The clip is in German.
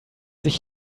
sich